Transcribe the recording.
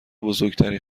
بزرگتری